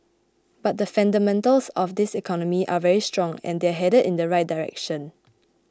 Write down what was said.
but the fundamentals of this economy are very strong and they're headed in the right direction